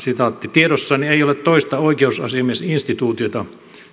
tiedossani ei ole toista oikeusasiamiesinstituutiota